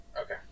Okay